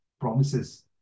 promises